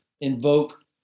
invoke